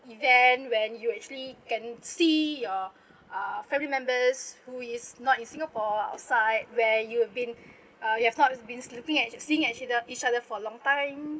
event when you actually can see your uh family members who is not in singapore outside where you have been uh you have not been sleeping at seeing each other each other for a long time